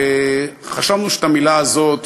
וחשבנו שאת המילה הזאת,